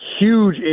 huge